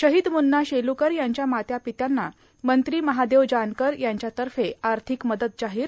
शाहद मुन्ना शेलुकर यांच्या मातार् पपत्यांना मंत्री महादेव जानकर यांच्यातफ आर्थाथक मदत जाहीर